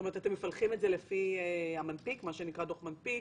אתם מפלחים את זה לפי המנפיק, מה שנקרא דוח מנפיק?